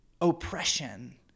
oppression